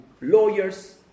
lawyers